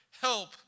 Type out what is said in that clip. help